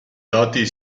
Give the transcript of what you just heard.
dati